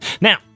Now